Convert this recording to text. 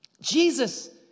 Jesus